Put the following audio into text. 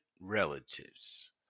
relatives